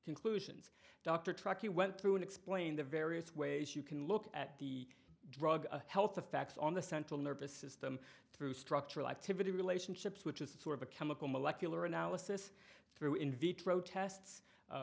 conclusions dr truckie went through and explained the various ways you can look at the drug health effects on the central nervous system through structural activity relationships which is a sort of a chemical molecular analysis through in vitro tests